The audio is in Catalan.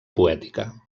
poètica